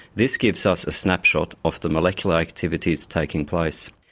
this gives us a snapshot of the molecular activities taking place.